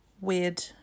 weird